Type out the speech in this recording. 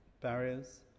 barriers